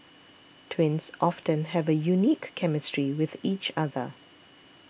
twins often have a unique chemistry with each other